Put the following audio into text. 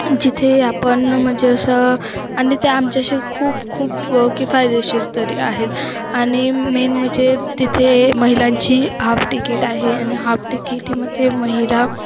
जिथे आपण म्हणजे असं आणि ते आमच्याशी खूप खूप की फायदेशीर तरी आहेत आणि मेन म्हणजे तिथे महिलांची हाफ तिकीट आहे आणि हाफ टिकीटीमध्ये महिला